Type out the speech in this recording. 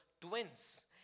twins